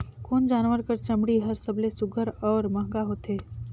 कोन जानवर कर चमड़ी हर सबले सुघ्घर और महंगा होथे?